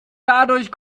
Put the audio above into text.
dadurch